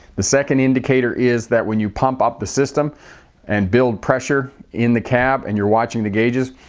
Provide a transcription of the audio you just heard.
the second indicator is that when you pump up the system and build pressure in the cab and you're watching the gauges,